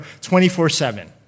24-7